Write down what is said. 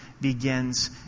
begins